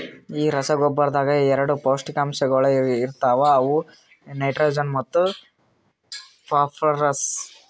ಈ ರಸಗೊಬ್ಬರದಾಗ್ ಎರಡ ಪೌಷ್ಟಿಕಾಂಶಗೊಳ ಇರ್ತಾವ ಅವು ನೈಟ್ರೋಜನ್ ಮತ್ತ ಫಾಸ್ಫರ್ರಸ್